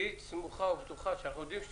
תהיי סמוכה ובטוחה שאנחנו יודעים שנעשה.